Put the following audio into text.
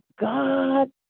God